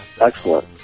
excellent